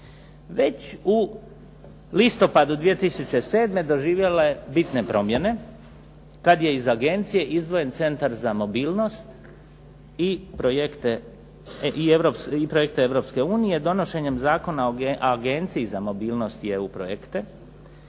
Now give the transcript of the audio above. Već u listopadu 2007. doživjela je bitne promjene kad je iz agencije izdvojen Centar za mobilnost i projekte Europske unije donošenjem Zakona o agenciji za mobilnost i EU projekte,